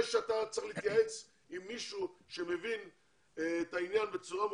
זה שאתה צריך להתייעץ עם מישהו שמבין את העניין בצורה מצוינת,